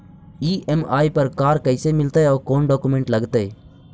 EMI पर car कैसे मिलतै औ कोन डाउकमेंट लगतै?